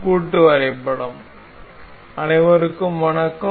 கூட்டு வரைபடம் அனைவருக்கும் வணக்கம்